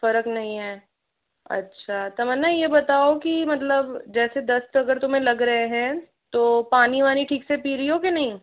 फर्क नहीं है अच्छा तमन्ना ये बताओ कि मतलब जैसे दस्त अगर तुम्हें लग रहे हैं तो पानी वानी ठीक से पी रही हो कि नहीं